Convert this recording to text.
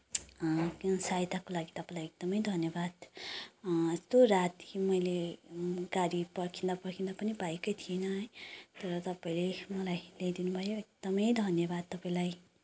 सहायताको लागि तपाईँलाई एकदमै धन्यवाद यस्तो राति मैले गाडी पर्खिँदा पर्खिँदा पनि पाएकै थिइनँ है तर तपाईँले मलाई ल्याइदिनु भयो एकदमै धन्यवाद तपाईँलाई